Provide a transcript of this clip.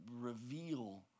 reveal